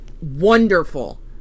wonderful